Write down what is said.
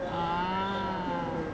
ah